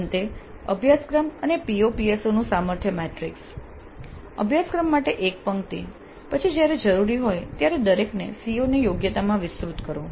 અંતે અભ્યાસક્રમ અને PO PSO નું સામર્થ્ય મેટ્રિક્સ અભ્યાસક્રમ માટે એક પંક્તિ પછી જ્યારે જરૂરી હોય ત્યારે દરેક CO ને યોગ્યતાઓમાં વિસ્તૃત કરો